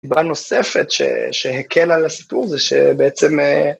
אמרה נוספת שהקלה על הסיפור זה שבעצם...